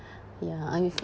ya I